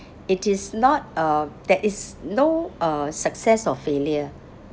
it is not uh there is no uh success or failure